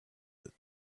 what